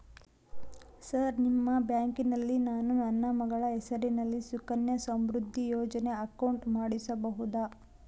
Sir ನಿಮ್ಮ ಬ್ಯಾಂಕಿನಲ್ಲಿ ನಾನು ನನ್ನ ಮಗಳ ಹೆಸರಲ್ಲಿ ಸುಕನ್ಯಾ ಸಮೃದ್ಧಿ ಯೋಜನೆ ಅಕೌಂಟ್ ಮಾಡಿಸಬಹುದಾ?